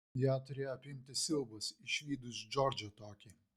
ją turėjo apimti siaubas išvydus džordžą tokį